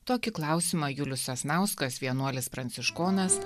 tokį klausimą julius sasnauskas vienuolis pranciškonas